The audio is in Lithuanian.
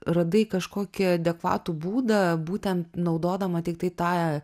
radai kažkokį adekvatų būdą būtent naudodama tiktai tą